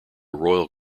royal